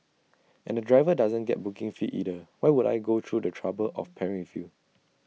and the driver doesn't get booking fee either why would I go through the trouble of pairing with you